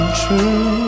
true